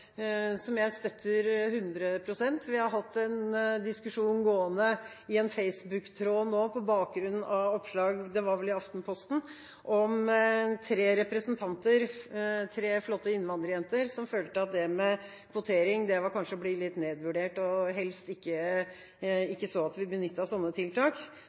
som jeg støtter 100 pst. Vi har hatt en diskusjon gående i en Facebook-tråd nå, på bakgrunn av oppslag i – det var vel – Aftenposten, om tre flotte innvandrerjenter som følte at det med kvotering kanskje var å bli litt nedvurdert, og som helst ikke så at vi benyttet sånne tiltak.